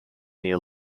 near